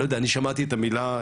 אני שמעתי את המילה,